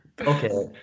Okay